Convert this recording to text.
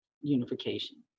unification